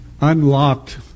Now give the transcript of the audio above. unlocked